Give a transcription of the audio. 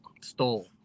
Stole